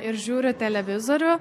ir žiūriu televizorių